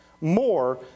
more